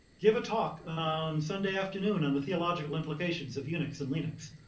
give a talk on sunday afternoon on the theological implications of unix and linux.